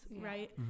right